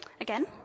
again